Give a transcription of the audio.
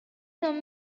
come